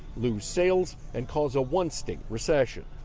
lose sales and cause a one state recession.